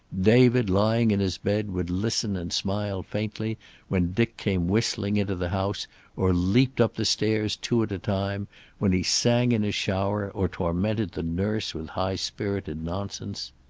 david, lying in his bed, would listen and smile faintly when dick came whistling into the house or leaped up the stairs two at a time when he sang in his shower, or tormented the nurse with high-spirited nonsense.